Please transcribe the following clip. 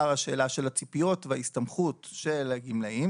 השאלה של הציפיות וההסתמכות של הגמלאים,